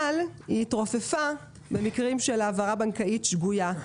היא התרופפה במקרים של העברה בנקאית שגויה.